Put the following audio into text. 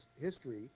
history